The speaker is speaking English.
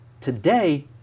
Today